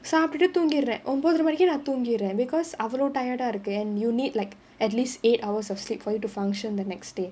ஒன்பதுரை மணிக்கு நான் தூங்கிடுவேன்:onbathurai manikku thongiduvaen because அவ்ளோ:avlo tired ah இருக்கு:irukku and you need like at least eight hours of sleep for you to function the next day